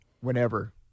whenever